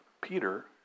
Peter